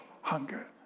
hunger